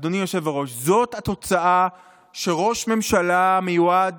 אדוני היושב-ראש, זאת התוצאה כשראש ממשלה המיועד